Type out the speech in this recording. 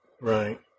right